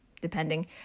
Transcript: depending